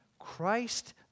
Christ